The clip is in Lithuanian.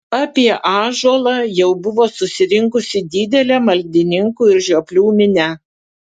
apie ąžuolą jau buvo susirinkusi didelė maldininkų ir žioplių minia